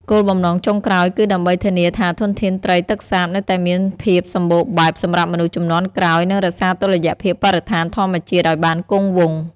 គោលបំណងចុងក្រោយគឺដើម្បីធានាថាធនធានត្រីទឹកសាបនៅតែមានភាពសម្បូរបែបសម្រាប់មនុស្សជំនាន់ក្រោយ និងរក្សាតុល្យភាពបរិស្ថានធម្មជាតិឲ្យបានគង់វង្ស។